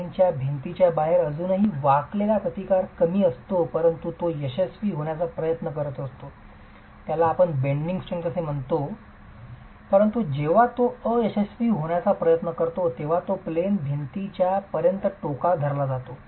plain च्या भिंतींच्या बाहेर अजूनही बेंडिंग स्ट्रेंग्थ कमी असतो परंतु तो अयशस्वी होण्याचा प्रयत्न करतो परंतु जेव्हा तो अयशस्वी होण्याचा प्रयत्न करतो तेव्हा तो प्लेन च्या भिंतीपर्यंत त्याच्या टोकाला धरला जातो